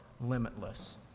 limitless